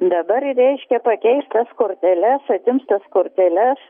dabar reiškia pakeis tas korteles atims tas korteles